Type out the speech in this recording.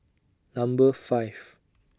Number five